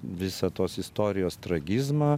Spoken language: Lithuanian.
visą tos istorijos tragizmą